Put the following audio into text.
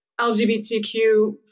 LGBTQ